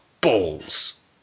balls